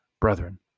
Brethren